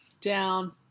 down